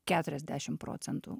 keturiasdešimt procentų